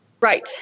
Right